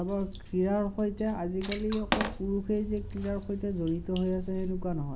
চাব ক্ৰীড়াৰ সৈতে আজিকালি অকল পুৰুষেই যে ক্ৰীড়াৰ সৈতে জড়িত হৈ আছে সেনেকুৱা নহয়